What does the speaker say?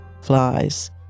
flies